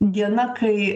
diena kai